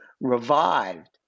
revived